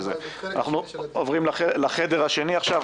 אנחנו עוברים לחדר השני עכשיו.